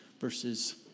verses